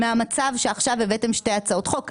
מהמצב שעכשיו הבאתם שתי הצעות חוק,